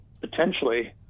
potentially